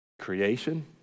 creation